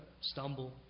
stumble